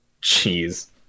Jeez